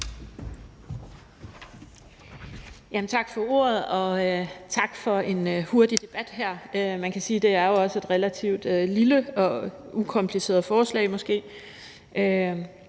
Tak for ordet, og tak for en hurtig debat. Man kan jo sige, at det måske også er et relativt lille og ukompliceret forslag, som